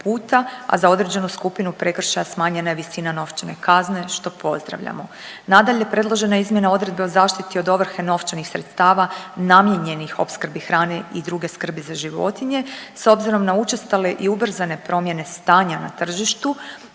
a za određenu skupinu prekršaja smanjena je visina novčane kazne što pozdravljamo. Nadalje, predložena je izmjena odredbe o zaštiti od ovrhe novčanih sredstava namijenjenih opskrbi hrane i druge skrbi za životinje. S obzirom na učestale i ubrzane promjene stanja na tržištu